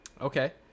okay